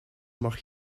mag